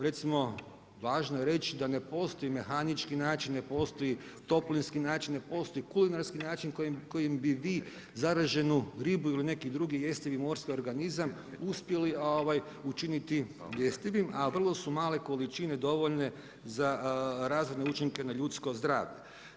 Recimo, važno je reć da ne postoji mehanički način, ne postoji toplinski način, ne postoji kulinarski način kojim bi vi zaraženu ribu ili neki drugi jestivi morski organizam uspjeli učiniti jestivim, a vrlo su male količine dovoljne za razvojne učinke na ljudsko zdravlje.